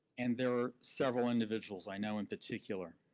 and there are several individuals i know in particular.